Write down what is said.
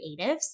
creatives